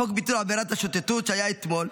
חוק ביטול עבירת השוטטות, היה אתמול,